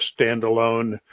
standalone